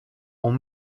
ont